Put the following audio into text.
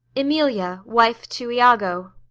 emilia, wife to iago.